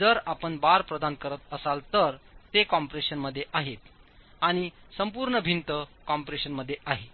जर आपण बार प्रदान करत असाल तर ते कम्प्रेशनमध्ये आहेत आणि संपूर्ण भिंत कॉम्प्रेशनमध्ये आहे